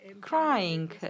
crying